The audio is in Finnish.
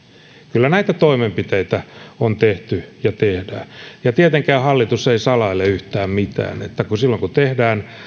kyllä näitä toimenpiteitä on tehty ja tehdään ja tietenkään hallitus ei salaile yhtään mitään eli silloin kun tehdään